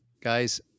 guys